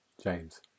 James